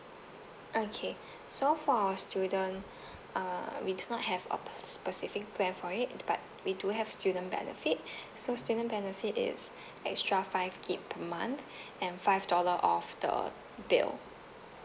okay so for our student uh we do not have a spe~ specific plan for it but we do have student benefit so student benefit is extra five gig per month and five dollar off the bill